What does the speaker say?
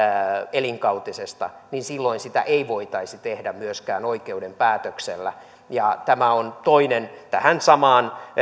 elinkautisesta niin silloin sitä ei voitaisi tehdä myöskään oikeuden päätöksellä ja tämä on toinen tähän samaan